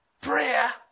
prayer